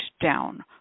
down